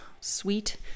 sweet